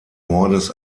mordes